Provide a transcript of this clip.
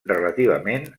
relativament